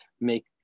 make